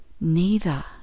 Neither